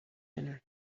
dinner